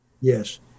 Yes